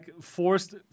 forced